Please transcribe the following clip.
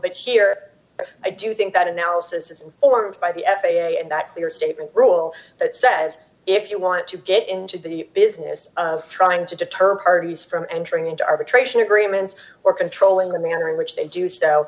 but here i do think that analysis is informed by the f a a and that their statement d rule that says if you want to get into the business of trying to deter parties from entering into arbitration agreements or controlling the manner in which they do s